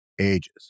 ages